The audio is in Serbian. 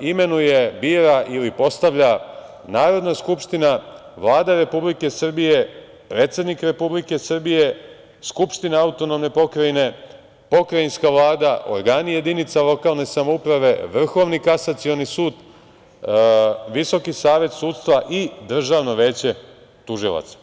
imenuje, bira ili postavlja Narodna skupština, Vlada Republike Srbije, predsednik Republike Srbije, skupština autonomne pokrajine, pokrajinska vlada, organi jedinica lokalne samouprave, Vrhovni kasacioni sud, Visoki savet sudstva i Državno veće tužilaca.